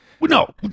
no